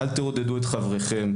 אל תעודדו את חברכם.